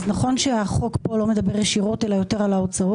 אז נכון שהחוק פה לא מדבר על כך ישירות אלא יותר על ההוצאות,